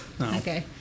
Okay